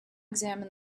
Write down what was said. examine